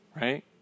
right